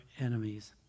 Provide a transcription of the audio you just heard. enemies